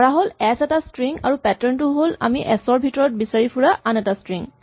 ধৰাহ'ল এচ এটা স্ট্ৰিং আৰু পেটাৰ্ণ হ'ল আমি এচ ৰ ভিতৰত বিচাৰি ফুৰা আন এটা স্ট্ৰিং